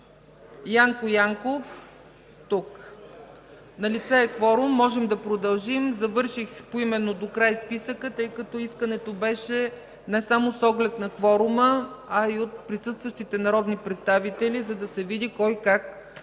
Янков- тук Налице е кворум. Можем да продължим. Завърших поименно докрай списъка, тъй като искането беше не само с оглед на кворума, а и от присъстващите народни представители, за да се види кой как